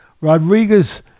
Rodriguez